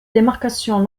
démarcation